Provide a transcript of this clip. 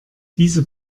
diese